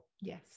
Yes